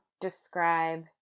describe